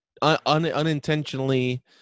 unintentionally